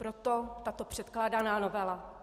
Proto tato předkládaná novela.